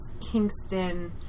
Kingston